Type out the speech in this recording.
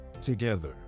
Together